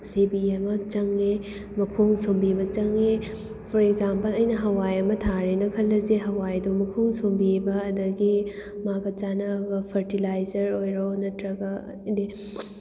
ꯁꯦꯕꯤ ꯑꯃ ꯆꯪꯉꯦ ꯃꯈꯣꯡ ꯁꯣꯝꯕꯤꯕ ꯆꯪꯉꯤ ꯐꯣꯔ ꯑꯦꯛꯖꯥꯝꯄꯜ ꯑꯩꯅ ꯍꯋꯥꯏ ꯑꯃ ꯊꯥꯔꯦꯅ ꯈꯜꯂꯁꯤ ꯍꯋꯥꯏ ꯑꯗꯣ ꯃꯈꯣꯡ ꯁꯣꯝꯕꯤꯕ ꯑꯗꯒꯤ ꯃꯥꯒ ꯆꯥꯅꯕ ꯐꯔꯇꯤꯂꯥꯏꯖꯔ ꯑꯣꯏꯔꯣ ꯅꯠꯇ꯭ꯔꯒ